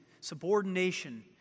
subordination